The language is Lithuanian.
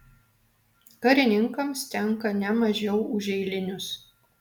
karininkams tenka ne mažiau už eilinius